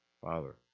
Father